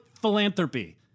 philanthropy